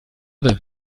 gerade